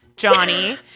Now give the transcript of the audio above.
Johnny